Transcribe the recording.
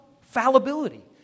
fallibility